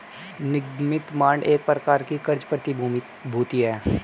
निगमित बांड एक प्रकार की क़र्ज़ प्रतिभूति है